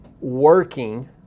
working